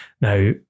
Now